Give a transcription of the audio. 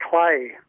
clay